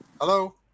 Hello